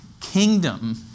Kingdom